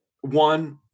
one